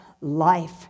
life